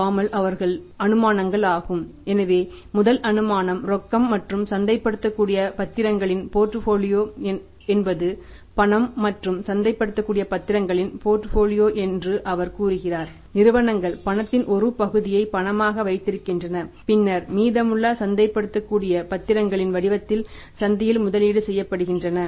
பாமால் என்று அவர் கூறுகிறார் நிறுவனங்கள் பணத்தின் ஒரு பகுதியை பணமாக வைத்திருக்கின்றன பின்னர் மீதமுள்ளவை சந்தைப்படுத்தக்கூடிய பத்திரங்களின் வடிவத்தில் சந்தையில் முதலீடு செய்யப்படுகின்றன